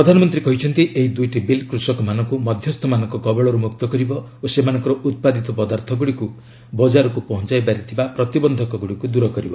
ପ୍ରଧାନମନ୍ତୀ କହିଛନ୍ତି ଏହି ଦୁଇଟି ବିଲ୍ କୃଷକମାନଙ୍କୁ ମଧ୍ୟସ୍ଥମାନଙ୍କ କବଳରୁ ମୁକ୍ତ କରିବ ଓ ସେମାନଙ୍କର ଉତ୍ପାଦିତ ପଦାର୍ଥଗୁଡ଼ିକୁ ବଜାରକୁ ପହଞ୍ଚାଇବାରେ ଥିବା ପ୍ରତିବନ୍ଧକଗୁଡ଼ିକୁ ଦୂର କରିବ